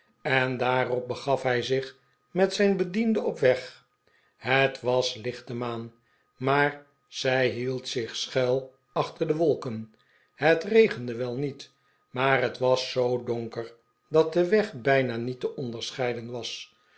en daarop begaf hij zich met zijn bediende op weg het was lichte maan maar zij hield zich schuil achter de wolken het regende wel niet maar het was zoo donker dat de weg bijna niet te onderscheiden was